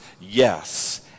yes